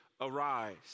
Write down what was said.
arise